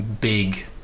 big